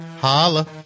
holla